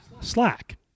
Slack